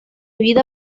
vida